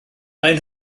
maen